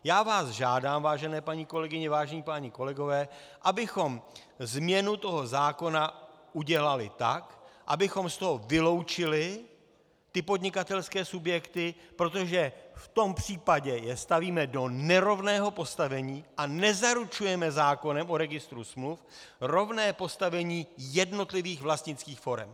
Já vás žádám, vážené paní kolegyně, vážení páni kolegové, abychom změnu zákona udělali tak, abychom z toho vyloučili ty podnikatelské subjekty, protože v tom případě je stavíme do nerovného postavení a nezaručujeme zákonem o registru smluv rovné postavení jednotlivých vlastnických forem.